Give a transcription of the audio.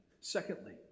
Secondly